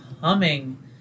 humming